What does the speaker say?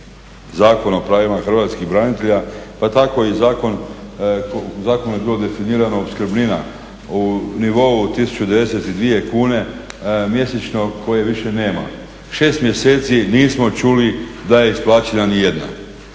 Zakon o pravima Hrvatskih branitelja, pa tako i u zakonu je bilo definirana opskrbnina u nivou 1902 kune mjesečno koje više nema. Šest mjeseci nismo čuli da je isplaćena ni jedna.